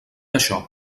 això